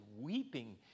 weeping